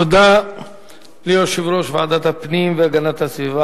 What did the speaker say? תודה ליושב-ראש ועדת הפנים והגנת הסביבה,